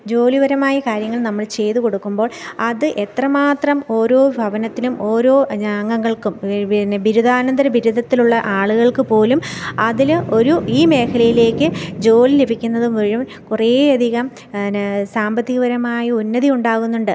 ജോലിപരമായ കാര്യങ്ങൾ നമ്മൾ ചെയ്ത് കൊടുക്കുമ്പോൾ അത് എത്രമാത്രം ഓരോ ഭവനത്തിനും ഓരോ അംഗങ്ങൾക്കും പിന്നെ ബിരുദാനദരബിരുദത്തിലുള്ള ആളുകൾക്ക് പോലും അതിൽ ഒരു ഈ മേഖലയിലേക്ക് ജോലി ലഭിക്കുന്നത് മുഴുവൻ കുറേയധികം പിന്നെ സാമ്പത്തികപരമായി ഉന്നതി ഉണ്ടാകുന്നുണ്ട്